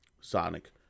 Sonic